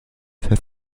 für